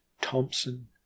Thompson